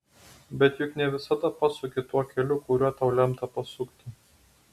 bet juk ne visada pasuki tuo keliu kuriuo tau lemta pasukti